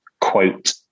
quote